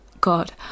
god